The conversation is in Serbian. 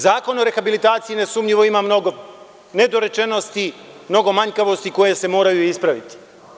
Zakon o rehabilitaciji nesumnjivo ima mnogo nedorečenosti, mnogo manjkavosti koje se moraju ispraviti.